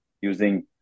using